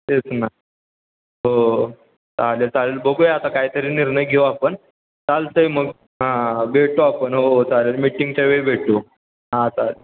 तेच ना हो हो चालेल चालेल बघूया आता काय तरी निर्णय घेऊ आपण चालतं आहे मग हां हां हां भेटू आपण हो हो चालेल मीटिंगच्या वेळ भेटू हां चालेल